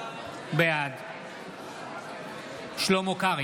בעד שלמה קרעי,